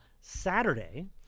Saturday